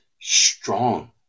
strong